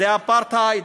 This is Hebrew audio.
זה אפרטהייד.